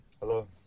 Hello